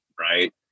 Right